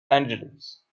angeles